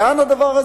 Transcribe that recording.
לאן זה הולך?